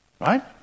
Right